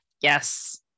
Yes